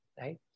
right